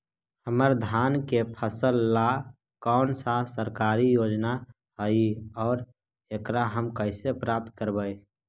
हमर धान के फ़सल ला कौन सा सरकारी योजना हई और एकरा हम कैसे प्राप्त करबई?